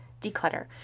Declutter